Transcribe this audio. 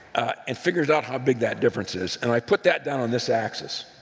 and figures out how big that difference is, and i put that down on this axis.